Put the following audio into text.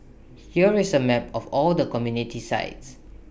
here is A map of all the community sites